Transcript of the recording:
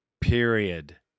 period